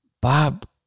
Bob